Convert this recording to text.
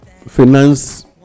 finance